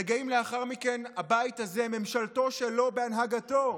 רגעים לאחר מכן הבית הזה, ממשלתו שלו, בהנהגתו,